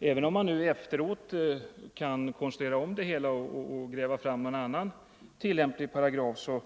även om man nu 28 november 1974 efteråt kan konstruera om det hela och gräva fram en annan tillämplig lagparagraf.